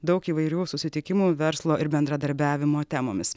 daug įvairių susitikimų verslo ir bendradarbiavimo temomis